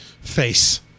Face